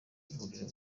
ivuriro